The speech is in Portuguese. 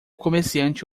comerciante